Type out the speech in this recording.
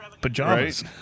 pajamas